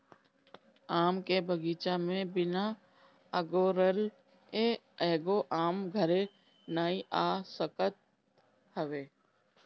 आम के बगीचा में बिना अगोरले एगो आम घरे नाइ आ सकत हवे